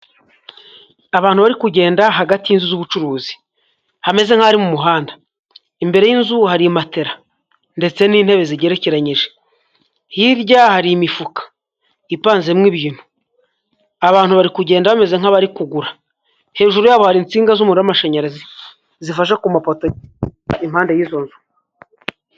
Abantu bari kugenda hagati y'inzu z'ubucuruzi hameze nk'aho ari mu muhanda, imbere y'inzu hari matela ndetse n'intebe zigerekeranyije, hirya hari imifuka ipanzemo ibintu, abantu bari kugenda bameze nk'abari kugura, hejuru yabo har'insinga z'umuriro w'amashanyarazi zifashe ku mapoto impande y'izo nzu.